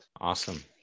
awesome